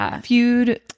feud